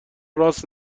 راس